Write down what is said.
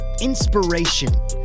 Inspiration